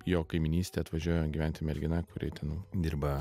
jo kaimynystę atvažiuoja gyventi mergina kuri ten dirba